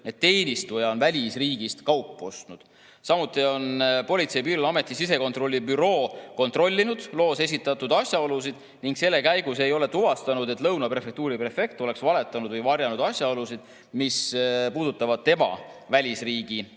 et teenistuja on välisriigist kaupa ostnud. Politsei- ja Piirivalveameti sisekontrolli büroo on kontrollinud loos esitatud asjaolusid ning selle käigus ei ole tuvastatud, et Lõuna prefektuuri prefekt on valetanud või varjanud asjaolusid, mis puudutavad tema välisriigi